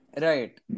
Right